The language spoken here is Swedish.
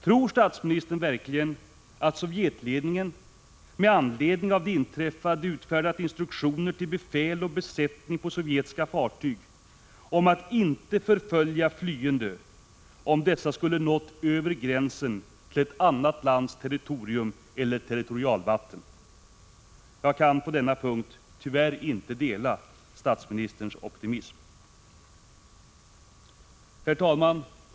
Tror statsministern verkligen att Sovjetledningen, med anledning av det inträffade, utfärdat instruktioner till befäl och besättning på sovjetiska fartyg om att de i situationer som den vid Öland inte skall förfölja flyende, om dessa skulle ha nått över gränsen till ett annat lands territorium eller territorialvatten? Jag kan på denna punkt tyvärr inte dela statsministerns optimism. Herr talman!